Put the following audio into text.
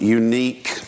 unique